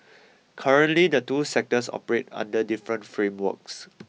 currently the two sectors operate under different frameworks